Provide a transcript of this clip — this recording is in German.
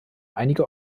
einige